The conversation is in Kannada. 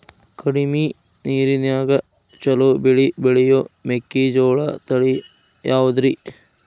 ಕಡಮಿ ನೇರಿನ್ಯಾಗಾ ಛಲೋ ಬೆಳಿ ಬೆಳಿಯೋ ಮೆಕ್ಕಿಜೋಳ ತಳಿ ಯಾವುದ್ರೇ?